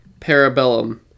Parabellum